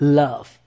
love